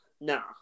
nah